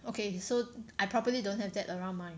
okay so I probably don't have that around mine